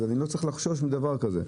אז אני לא צריך לחשוש מדבר כזה.